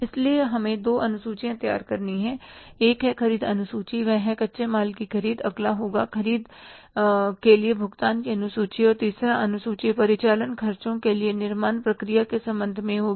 इसलिए हमें दो अनुसूचिया तैयार करनी है एक है ख़रीद अनुसूची वह है कच्चे माल की ख़रीद अगला होगा ख़रीद के लिए भुगतान की अनुसूची और तीसरी अनुसूची परिचालन खर्चों के लिए निर्माण प्रक्रिया के संबंध में होगी